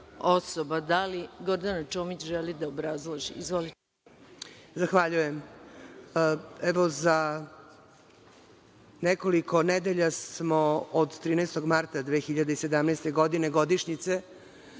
li Gordana Čomić želi da obrazloži?